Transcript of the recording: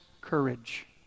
courage